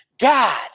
God